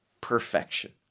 perfection